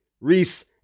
Reese